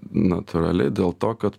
natūraliai dėl to kad